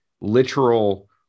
literal